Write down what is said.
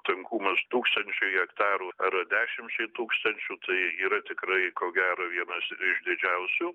tankumas tūkstančiui hektarų ar dešimčiai tūkstančių tai yra tikrai ko gero vienas iš didžiausių